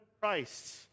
Christ